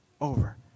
over